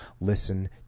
listen